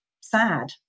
sad